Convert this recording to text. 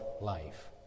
life